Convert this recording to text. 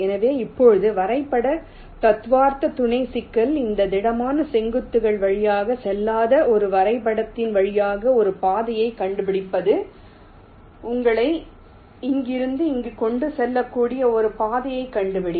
எனவே இப்போது வரைபட தத்துவார்த்த துணை சிக்கல் இந்த திடமான செங்குத்துகள் வழியாக செல்லாத இந்த வரைபடத்தின் வழியாக ஒரு பாதையை கண்டுபிடிப்பது உங்களை இங்கிருந்து இங்கு கொண்டு செல்லக்கூடிய ஒரு பாதையை கண்டுபிடி